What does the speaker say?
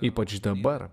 ypač dabar